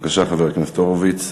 בבקשה, חבר הכנסת הורוביץ.